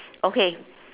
okay